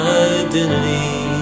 identity